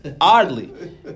Oddly